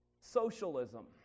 Socialism